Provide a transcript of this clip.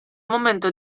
momento